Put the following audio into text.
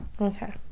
Okay